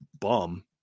bum